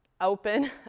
open